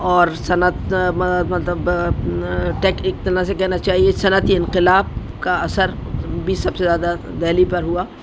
اور صنعت مطلب ٹیکنک ایک طرح سے کہنا چاہیے صنعت انقلاب کا اثر بھی سب سے زیادہ دہلی پر ہوا